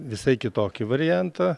visai kitokį variantą